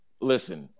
listen